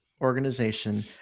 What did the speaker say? organization